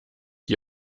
die